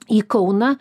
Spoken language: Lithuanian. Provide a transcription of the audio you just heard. į kauną